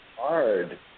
hard